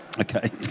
Okay